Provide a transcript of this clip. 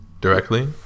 Directly